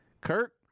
Kirk